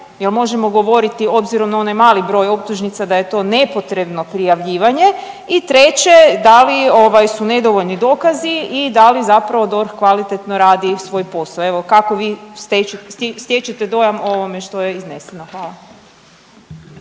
možemo govoriti obzirom na onaj mali broj optužnica da je to nepotrebno prijavljivanje. I treće da li su nedovoljni dokazi i da li zapravo DORH kvalitetno radi svoj posao. Evo kako vi stječete dojam o ovome što je izneseno? Hvala.